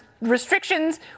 restrictions